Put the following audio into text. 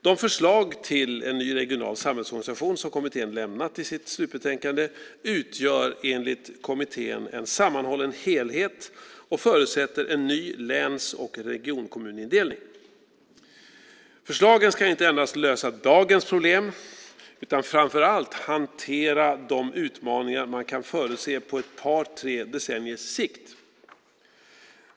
De förslag till en ny regional samhällsorganisation som kommittén lämnat i sitt slutbetänkande utgör enligt kommittén en sammanhållen helhet och förutsätter en ny läns och regionkommunindelning. Förslagen ska inte endast lösa dagens problem utan framför allt hantera de utmaningar man kan förutse på ett par, tre decenniers sikt.